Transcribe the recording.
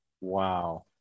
Wow